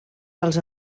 dels